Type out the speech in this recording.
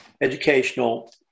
educational